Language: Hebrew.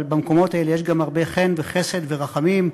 אבל במקומות האלה יש גם הרבה חן וחסד ורחמים.